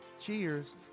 Cheers